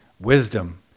wisdom